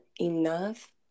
enough